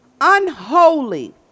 unholy